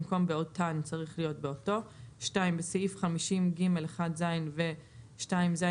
במקום "באותן" צריך להיות "באותו"; בסעיף 50(ג)(1)(ז) ו-(2)(ז),